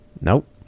Nope